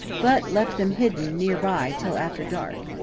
but left them hidden near by till after dark.